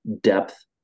depth